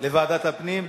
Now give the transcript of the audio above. לוועדת הפנים?